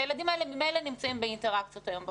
הילדים האלה ממילא נמצאים באינטראקציות היום בחוץ.